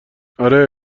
آره